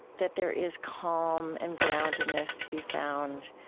that there is calm and groundedness to be found,